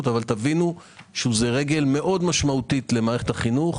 אבל תבינו שזה רגע מאד משמועתי למערכת החינוך,